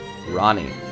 Ronnie